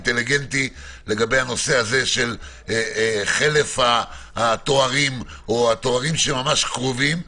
אינטליגנטי לגבי חלף התארים או תארים שממש קרובים?